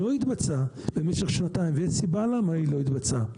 לא התבצעה במשך שנתיים ויש סיבה למה היא לא התבצעה.